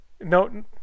No